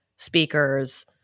speakers